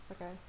Okay